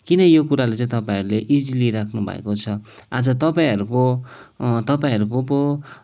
किन यो कुरालाई चाहिँ तपाईँहरूले इजी लिइराख्नु भएको छ आज तपाईँहरूको तपाईँहरूको पो